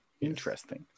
Interesting